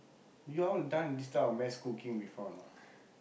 you all done this kind of mass cooking before or not